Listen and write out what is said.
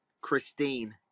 christine